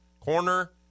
Corner